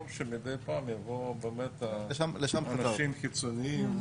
טוב שמדי פעם יבואו אנשים חיצוניים,